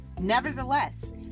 nevertheless